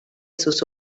sus